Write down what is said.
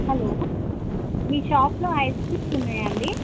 hello మీ షాప్లో ice creams ఉన్నాయా అండి